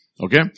Okay